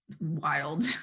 wild